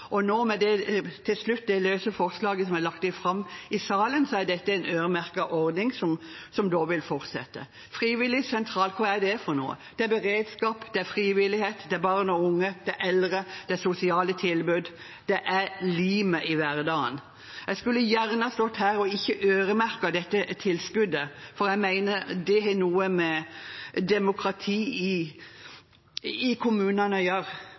og nå, med de løse forslagene som er lagt fram i salen, er dette en øremerket ordning som vil fortsette. Frivilligsentraler – hva er det for noe? Det er beredskap, det er frivillighet, det er barn og unge, det er eldre, det er sosiale tilbud, det er limet i hverdagen. Jeg skulle gjerne stått her og ikke øremerket, for jeg mener det har noe med demokrati i kommunene